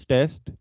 Test